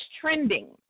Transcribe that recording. trending